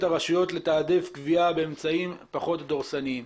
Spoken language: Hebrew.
הרשויות לתעדף גבייה באמצעים פחות דורסניים.